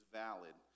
valid